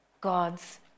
God's